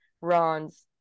Ron's